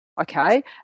Okay